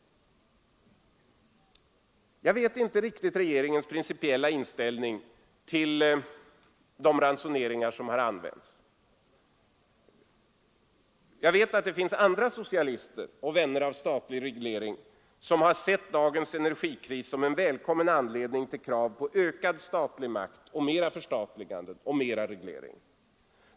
Jag vet inte riktigt regeringens principiella inställning till de ransoneringar som har använts. Jag vet att det finns andra socialister och vänner av statlig reglering som har sett dagens energikris som en välkommen anledning till att kräva ökad statlig makt, mer förstatligande och mer reglering.